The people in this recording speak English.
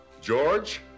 George